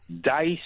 dice